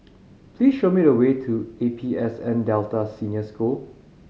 please show me the way to A P S N Delta Senior School